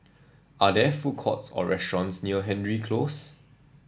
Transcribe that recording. are there food courts or restaurants near Hendry Close